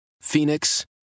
Phoenix